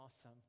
awesome